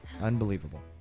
Unbelievable